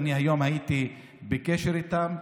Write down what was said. היום הייתי בקשר איתם,